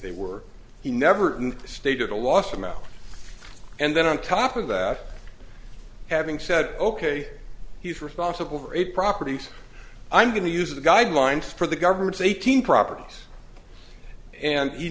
they were he never stated a loss amount and then on top of that having said ok he's responsible for eight properties i'm going to use the guidelines for the government's eighteen properties and he